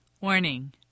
Warning